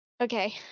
Okay